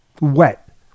wet